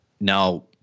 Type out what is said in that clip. Now